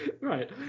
right